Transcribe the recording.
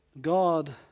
God